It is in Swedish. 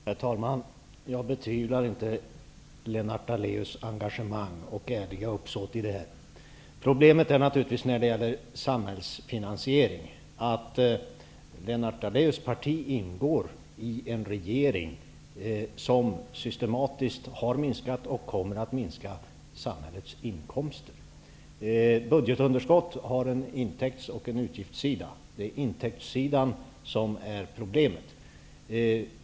Herr talman! Jag betvivlar inte Lennart Daléus engagemang och ärliga uppsåt. Problemet när det gäller samhällsfinansieringen är naturligtvis att Lennart Daléus parti ingår i en regering som systematiskt har minskat och kommer att minska samhällets inkomster. Budgetunderskott har en intäkts och en utgiftssida. Det är intäktssidan som är problemet.